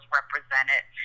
represented